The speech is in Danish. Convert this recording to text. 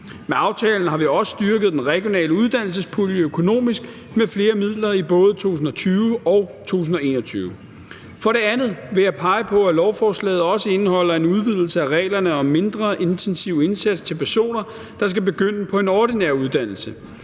Med aftalen har vi også styrket den regionale uddannelsespulje økonomisk med flere midler i både 2020 og 2021. For det andet vil jeg pege på, at lovforslaget også indeholder en udvidelse af reglerne om mindre intensiv indsats til personer, der skal begynde på en ordinær uddannelse.